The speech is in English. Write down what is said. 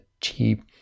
cheap